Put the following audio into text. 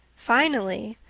finally,